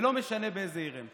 ולא משנה באיזו עיר הם.